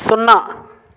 సున్నా